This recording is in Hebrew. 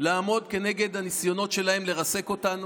לעמוד כנגד הניסיונות שלהם לרסק אותנו.